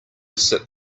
sip